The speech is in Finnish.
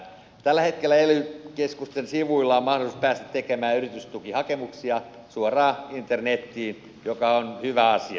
tällä hetkellä ely keskusten sivuilla on mahdollisuus päästä tekemään yritystukihakemuksia suoraan internetiin mikä on hyvä asia